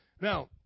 now